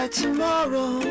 tomorrow